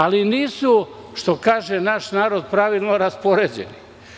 Ali nisu, što kaže naš narod, pravilno raspoređeni.